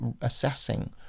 assessing